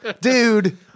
Dude